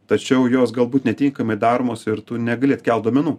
tačiau jos galbūt netinkamai daromos ir tu negali atkelt duomenų